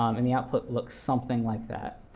um and the output looks something like that.